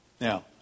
Now